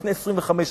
לפני 25,